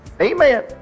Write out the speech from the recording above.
Amen